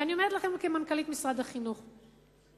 ואני אומרת לכם כמנכ"לית משרד החינוך לשעבר,